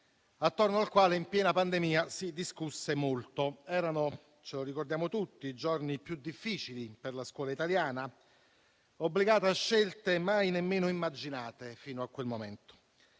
attorno al quale in piena pandemia si discusse molto. Erano - lo ricordiamo tutti - i giorni più difficili per la scuola italiana, obbligata a scelte mai nemmeno immaginate fino a quel momento.